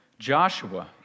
Joshua